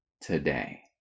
today